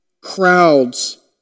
crowds